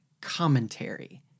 commentary